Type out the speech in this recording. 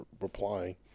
replying